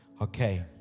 Okay